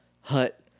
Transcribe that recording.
hut